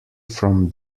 from